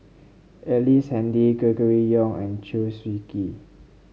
Ellice Handy Gregory Yong and Chew Swee Kee